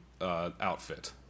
Outfit